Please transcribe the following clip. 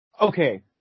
Okay